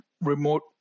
remote